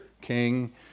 king